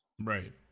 Right